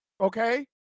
Okay